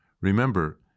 Remember